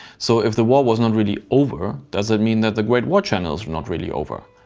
so if the war was not really over does it mean that the great war channels are not really over?